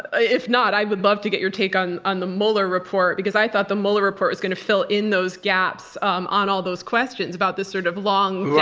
if not, i would love to get your take on on the mueller report, because i thought the mueller report was going to fill in those gaps um on all those questions about this sort of long,